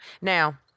Now